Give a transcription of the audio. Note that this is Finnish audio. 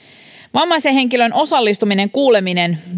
vammaisen henkilön osallistuminen kuuleminen